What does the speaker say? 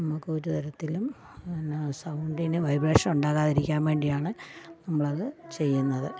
നമുക്ക് ഒരു തരത്തിലും പിന്ന സൗണ്ടിന് വൈബ്രേഷൻ ഉണ്ടാകാതെ ഇരിക്കാൻ വേണ്ടിയാണ് നമ്മൽ അത് ചെയ്യുന്നത്